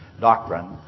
doctrine